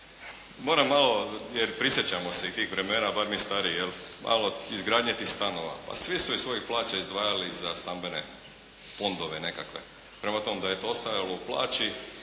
Moram malo jer prisjećamo se i tih vremena bar mi stariji malo izgradnja tih stanova. Pa svi su iz svojih plaća izdvajali za stambene fondove nekakve. Prema tome, da je to ostajalo u plaći